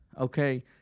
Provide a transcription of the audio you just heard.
okay